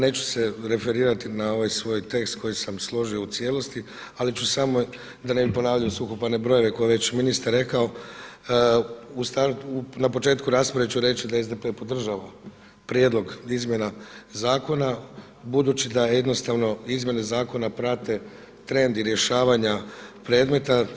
Neću se referirati na ovaj svoj tekst koji sam složio u cijelosti, ali ću samo da ne bi ponavljao suhoparne brojeve koje je već ministar rekao na početku rasprave ću reći da SDP-e podržava prijedlog izmjena Zakona budući da jednostavno izmjene Zakona prate trend i rješavanja predmeta.